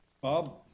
Bob